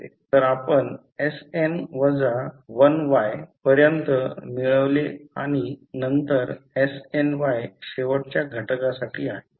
तर आपण sn वजा 1Y sn - 1Y पर्यंत मिळवले आणि नंतर snY शेवटच्या घटकासाठी आहे